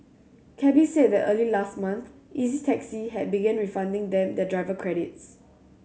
cabbies said that early last month Easy Taxi had begin refunding them their driver credits